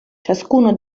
ciascuno